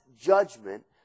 judgment